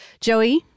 Joey